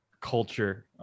culture